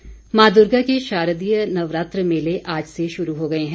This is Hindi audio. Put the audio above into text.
नवरात्र मां दुर्गा के शारदीय नवरात्र मेले आज से शुरू हो गए हैं